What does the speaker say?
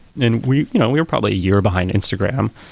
and we're you know we're probably a year behind instagram,